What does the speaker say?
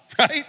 Right